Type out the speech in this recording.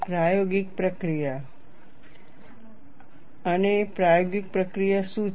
પ્રાયોગિક પ્રક્રિયા અને પ્રાયોગિક પ્રક્રિયા શું છે